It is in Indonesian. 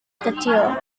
kecil